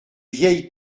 vieilles